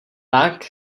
tak